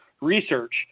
research